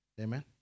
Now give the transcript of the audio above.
Amen